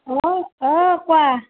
hello অ' কোৱা